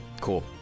Cool